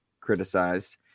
criticized